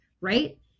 right